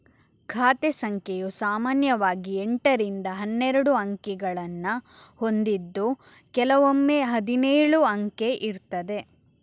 ಖಾತೆ ಸಂಖ್ಯೆಯು ಸಾಮಾನ್ಯವಾಗಿ ಎಂಟರಿಂದ ಹನ್ನೆರಡು ಅಂಕಿಗಳನ್ನ ಹೊಂದಿದ್ದು ಕೆಲವೊಮ್ಮೆ ಹದಿನೇಳು ಅಂಕೆ ಇರ್ತದೆ